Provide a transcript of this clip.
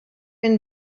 been